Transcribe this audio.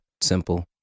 simple